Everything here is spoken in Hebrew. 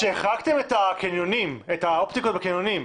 כשהחרגתם את האופטיקות בקניונים,